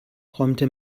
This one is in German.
räumte